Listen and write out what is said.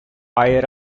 turkey